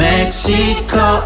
Mexico